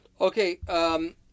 Okay